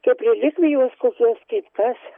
kaip relikvijos kokios kaip kas